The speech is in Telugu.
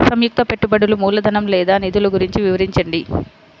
సంయుక్త పెట్టుబడులు మూలధనం లేదా నిధులు గురించి వివరించండి?